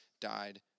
died